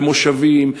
במושבים,